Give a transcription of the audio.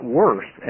worse